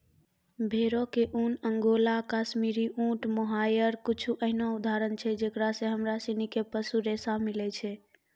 भेड़ो के ऊन, अंगोला, काश्मीरी, ऊंट, मोहायर कुछु एहनो उदाहरण छै जेकरा से हमरा सिनी के पशु रेशा मिलै छै